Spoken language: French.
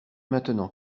maintenant